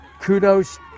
Kudos